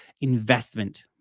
investment